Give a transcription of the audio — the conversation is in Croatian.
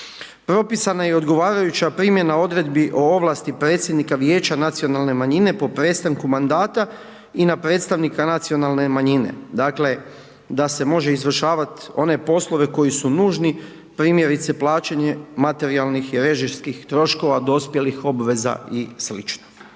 Propisana je i odgovarajuća primjena odredbi o ovlasti predsjednika vijeća nacionalne manjine po prestanku mandata i na predstavnika nacionalne manjine. Dakle, da se može izvršavat one poslove koji su nužni, primjerice plaćanje materijalnih i režijskih troškova dospjelih obveza i sl.